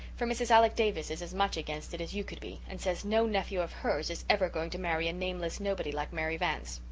for mrs. alec davis is as much against it as you could be, and says no nephew of hers hers is ever going to marry a nameless nobody like mary vance.